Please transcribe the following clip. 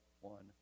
one